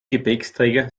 gepäckträger